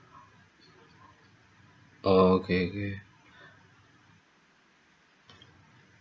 oh okay okay